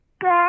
Good